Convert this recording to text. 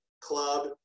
club